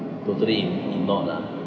totally ignored lah